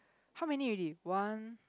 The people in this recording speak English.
how many already one